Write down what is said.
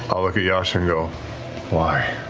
i'll look at yasha and go why?